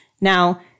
Now